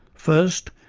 first,